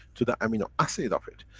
to the amino acid of it.